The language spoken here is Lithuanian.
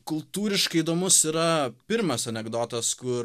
kultūriškai įdomus yra pirmas anekdotas kur